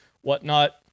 whatnot